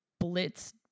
blitz